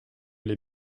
les